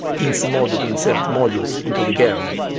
insmod to insert modules into the kernel.